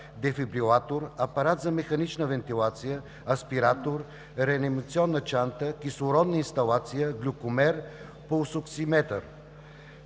дефибрилатор, апарат за механична вентилация, аспиратор, реанимационна чанта, кислородна инсталация, глюкомер, пулсоксиметър.